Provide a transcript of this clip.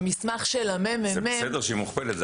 אבל אנחנו רואים במסמך של הממ"מ --- זה בסדר שהיא מוכפלת,